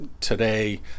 today